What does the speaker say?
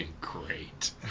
great